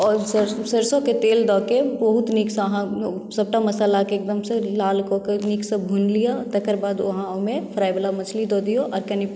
आओर सरसोंके तेल दऽ कए बहुत नीकसँ अहाँ सभटा मसालाकेँ एकदम से लाल कऽ कऽ निकसॅं भुनि लिअ तकर बाद अहाँ ओहिमे फ्राई वाला मछली दऽ दियौ आ कनि